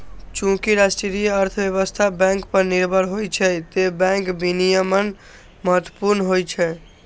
चूंकि राष्ट्रीय अर्थव्यवस्था बैंक पर निर्भर होइ छै, तें बैंक विनियमन महत्वपूर्ण होइ छै